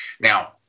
Now